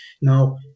Now